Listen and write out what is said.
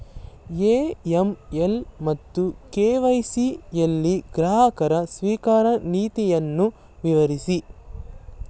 AML ಮತ್ತು KYC ಯಲ್ಲಿ ಗ್ರಾಹಕ ಸ್ವೀಕಾರ ನೀತಿಯನ್ನು ವಿವರಿಸಿ?